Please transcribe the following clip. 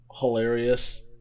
Hilarious